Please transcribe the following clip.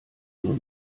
nur